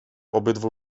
obydwu